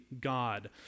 God